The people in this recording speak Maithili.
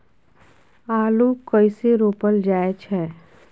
आलू कइसे रोपल जाय छै?